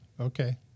okay